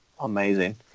Amazing